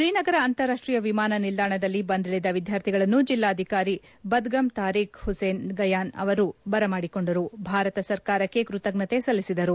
ಶ್ರೀನಗರ ಅಂತಾರಾಷ್ಷೀಯ ವಿಮಾನ ನಿಲ್ಲಾಣದಲ್ಲಿ ಬಂದಿಳಿದ ವಿದ್ಲಾರ್ಥಿಗಳನ್ನು ಜಿಲ್ಲಾಧಿಕಾರಿ ಬದಗಮ್ ತಾರಿಖ್ ಹುಸೇನ್ ಗನಾಯ್ ಅವರು ಬರಮಾಡಿಕೊಂಡು ಭಾರತ ಸರ್ಕಾರಕ್ಕೆ ಕೃತಜ್ಞತೆ ಸಲ್ಲಿಸಿದರು